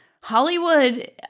Hollywood